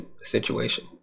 situation